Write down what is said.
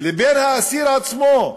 לבין האסיר עצמו,